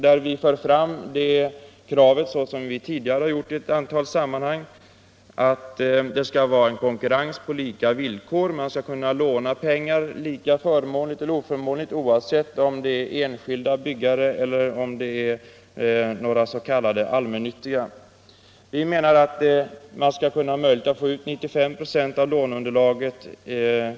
Där för vi, såsom vi gjort tidigare i ett antal sammanhang, fram kravet att det skall vara en konkurrens på lika villkor. Pengar skall kunna lånas lika förmånligt — eller oförmånligt —- oavsett om det rör sig om enskilda byggare eller s.k. allmännyttiga företag. Alla byggarkategorier skall ha möjlighet att få ut 95 96 av låneunderlaget.